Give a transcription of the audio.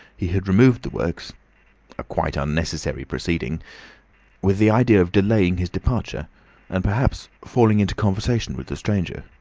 he had removed the works a quite unnecessary proceeding with the idea of delaying his departure and perhaps falling into conversation with the stranger.